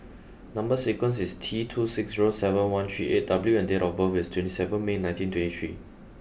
number sequence is T two six zero seven one three eight W and date of birth is twenty seven May nineteen twenty three